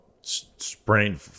sprained